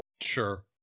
Sure